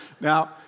Now